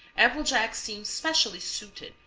applejack seems specially suited,